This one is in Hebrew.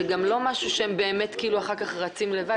זה לא שאחר כך הם רצים לבד.